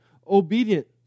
obedient